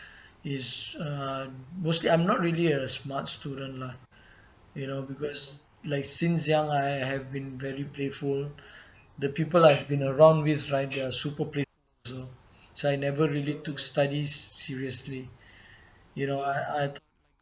is uh mostly I'm not really a smart student lah you know because like since young I have been very playful the people I've been around with right they're super playful also so I never really took studies seriously you know I I